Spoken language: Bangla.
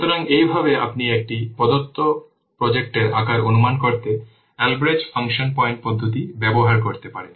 সুতরাং এইভাবে আপনি একটি প্রদত্ত প্রজেক্টের আকার অনুমান করতে Albrecht ফাংশন পয়েন্ট পদ্ধতিটি ব্যবহার করতে পারেন